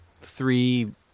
three